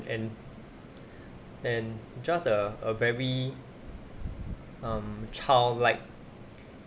and and just err a very um childlike